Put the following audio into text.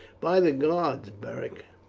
by the gods, beric,